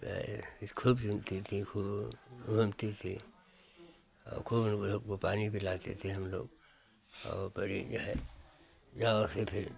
और खूब चुनती थी खूब घूमती थी और खूब उन्हें पानी पिलाती थी हम लोग और अपनी जो है यहाँ से फिर